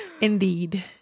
indeed